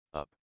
up